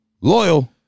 Loyal